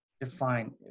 define